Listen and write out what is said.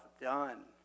done